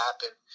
happen